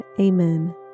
Amen